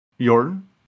Jordan